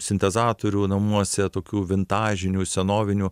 sintezatorių namuose tokių vintažinių senovinių